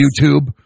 YouTube